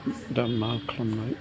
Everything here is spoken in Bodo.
दा मा खालामनो